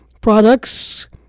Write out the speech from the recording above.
products